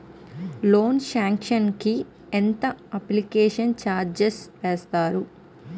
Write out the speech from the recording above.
Loan sanction కి ఎంత application charge వేస్తారు?